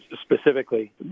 specifically